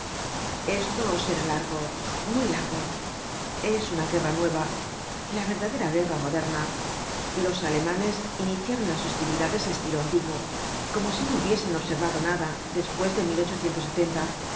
esto será largo muy largo es una guerra nueva la verdadera guerra moderna los alemanes iniciaron las hostilidades á estilo antiguo como si no hubiesen observado nada después de